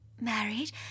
married